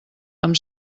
amb